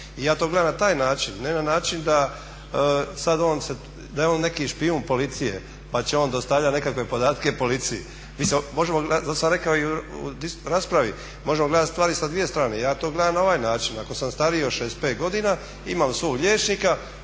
i ja to gledam na taj način, ne na način da je on neki špijun policije pa će on dostavljati nekakve podatke policiji. Zato sam rekao i u raspravi možemo gledati stvari sa dvije strane, ja to gledam na ovaj način, ako sam stariji od 65 godina imam svog liječnika,